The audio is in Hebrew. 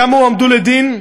כמה הועמדו לדין?